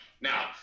now